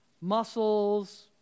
muscles